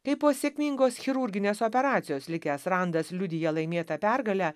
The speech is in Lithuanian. kaip po sėkmingos chirurginės operacijos likęs randas liudija laimėtą pergalę